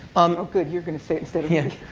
um oh good. you're going to say it instead yeah